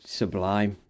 sublime